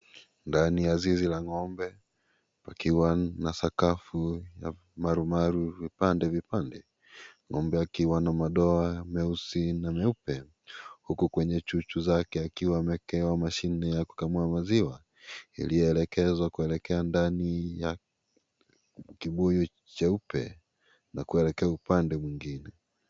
Ndani ya zizi la ng'ombe pakiwa na sakafu marumaru vipande, vipande; Ng'ombe akiwa na madoa meusi na meupe, huku kwenye chuchu zake akiwa amewekewa mashine ya kukamua maziwa, yaliyoelekezwa kuelekea ndani ya kibuyu cheupe na kuelekea upande mwingine.